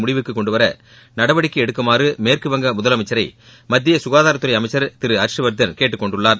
முடிவுக்கு கொண்டுவர நடவடிக்கை எடுக்குமாறு மேற்குவங்க முதலமைச்சரை மத்திய சுகாதாரத்துறை அமைச்சர் திரு ஹர்ஷ்வர்தன் கேட்டுக்கொண்டுள்ளார்